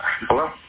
Hello